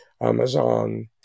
Amazon